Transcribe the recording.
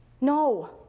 No